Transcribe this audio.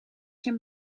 zijn